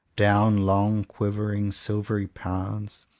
down long quiver ing, silvery paths,